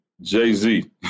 Jay-Z